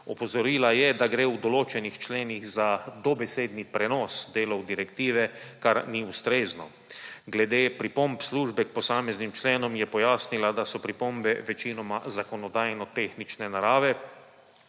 Opozorila je, da gre v določenih členih za dobesedni prenos dela direktive, kar ni ustrezno. Glede pripomb službe k posameznim členom je pojasnila, da so pripombe večinoma zakonodajnotehnične narave,